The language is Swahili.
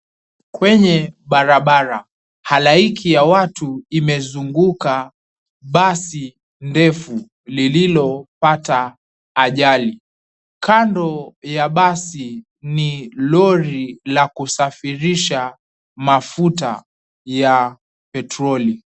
Kwenye barabara, halaiki ya watu imezunguka basi ndefu lililopata ajali. Kando ya basi ni lori la kusafirisha mafuta ya petroli.